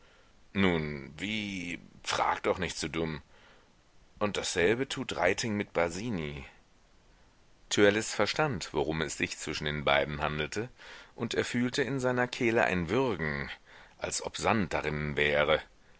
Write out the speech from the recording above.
nun wie frag doch nicht so dumm und dasselbe tut reiting mit basini törleß verstand worum es sich zwischen den beiden handelte und er fühlte in seiner kehle ein würgen als ob sand darinnen wäre